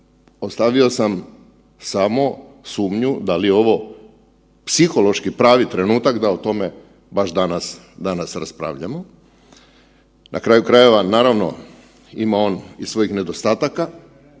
Ostavio sam samo sumnju da li je ovo psihološki pravi trenutak da o tome baš danas, danas raspravljamo. Na kraju krajeva naravno ima on i svojih nedostataka